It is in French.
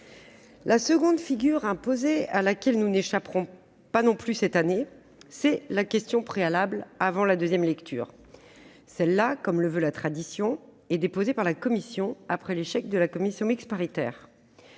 La seconde figure imposée, à laquelle nous n'échapperons pas non plus cette année, c'est la motion tendant à opposer la question préalable avant la deuxième lecture. Celle-là, comme le veut la tradition, est déposée par la commission, après l'échec de la commission mixte paritaire.